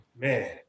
man